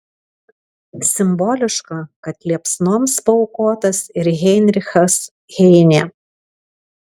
simboliška kad liepsnoms paaukotas ir heinrichas heinė